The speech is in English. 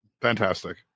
Fantastic